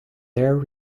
their